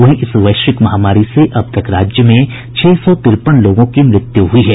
वहीं इस वैश्विक महामारी से अब तक राज्य में छह सौ तिरपन लोगों की मृत्यु हुई है